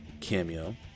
cameo